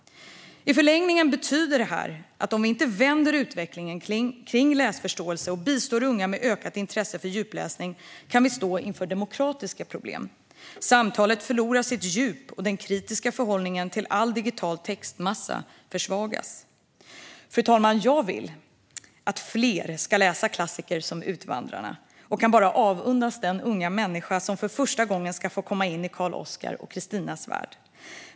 I förlängningen betyder detta att om vi inte vänder utvecklingen när det gäller läsförståelse och bibringar unga ett ökat intresse för djupläsning kan vi stå inför demokratiska problem. Samtalet förlorar sitt djup, och det kritiska förhållningssättet till all digital textmassa försvagas. Fru talman! Jag vill att fler ska läsa klassiker som Utvandrarna . Och jag kan bara avundas den unga människa som för första gången ska få komma in i Karl Oskars och Kristinas värld.